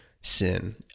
sin